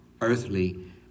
earthly